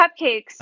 cupcakes